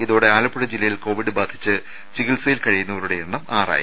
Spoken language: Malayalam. ഇതോടെ ആലപ്പുഴ ജില്ലയിൽ കോവിഡ് ബാധിച്ച് ചികിത്സയിൽ കഴിയുന്നവരുടെ എണ്ണം ആറായി